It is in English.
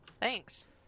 Thanks